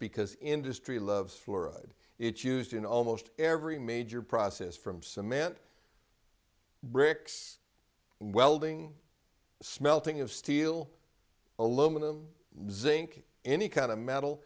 because industry loves fluoride it's used in almost every major process from cement bricks welding smelting of steel aluminum zinc any kind of metal